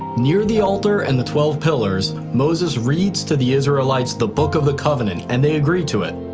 near the altar and the twelve pillars, moses reads to the israelites the book of the covenant and they agree to it.